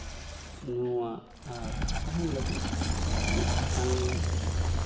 ᱧᱩᱣᱟᱜ ᱟᱨ ᱛᱟᱦᱮᱱ ᱞᱟᱹᱜᱤᱫ ᱢᱤᱫᱴᱟᱝ